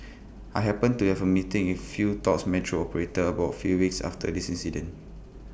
I happened to have A meeting A few tops metro operators about few weeks after this incident